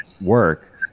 work